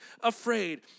afraid